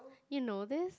you know this